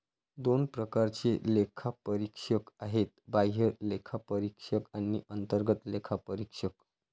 दोन प्रकारचे लेखापरीक्षक आहेत, बाह्य लेखापरीक्षक आणि अंतर्गत लेखापरीक्षक